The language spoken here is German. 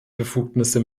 befugnisse